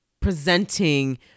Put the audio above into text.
presenting